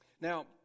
Now